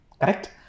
correct